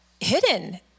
hidden